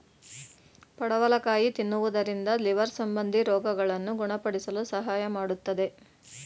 ಪಡವಲಕಾಯಿ ತಿನ್ನುವುದರಿಂದ ಲಿವರ್ ಸಂಬಂಧಿ ರೋಗಗಳನ್ನು ಗುಣಪಡಿಸಲು ಸಹಾಯ ಮಾಡತ್ತದೆ